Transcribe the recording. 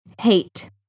hate